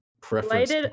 Preference